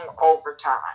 overtime